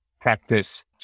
practice